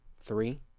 three